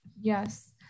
yes